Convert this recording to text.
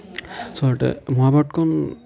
আচলতে মহাভাৰতখন